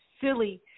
silly